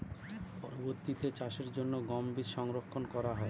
পরবর্তিতে চাষের জন্য গম বীজ সংরক্ষন করা হয়?